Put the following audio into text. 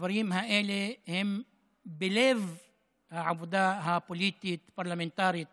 הדברים האלה הם בלב העבודה הפוליטית, הפרלמנטרית